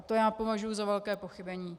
To považuji za velké pochybení.